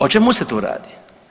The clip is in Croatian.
O čemu se tu radi?